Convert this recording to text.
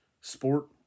sport